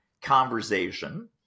conversation